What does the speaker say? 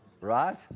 Right